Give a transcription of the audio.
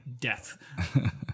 death